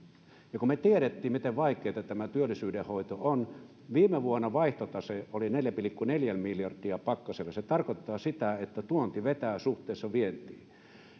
kun tiedettiin miten vaikeata työllisyyden hoito on viime vuonna vaihtotase oli neljä pilkku neljä miljardia pakkasella se tarkoittaa sitä että tuonti vetää suhteessa vientiin